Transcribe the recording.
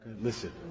Listen